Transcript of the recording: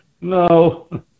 No